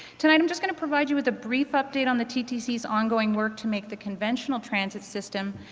tonight i'm just going to provide you with a brief update on the ttc's ongoing work to make the conventional transit system,